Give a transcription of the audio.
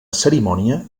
cerimònia